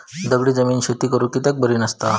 दगडी जमीन शेती करुक कित्याक बरी नसता?